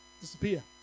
disappear